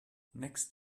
next